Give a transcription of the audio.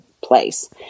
place